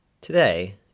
Today